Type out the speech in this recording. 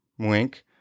wink